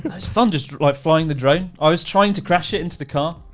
it's fun just like flying the drone. i was trying to crash it into the car,